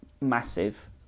Massive